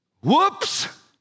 Whoops